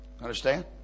Understand